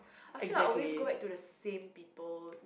I feel like I always go back to the same people